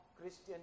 Christian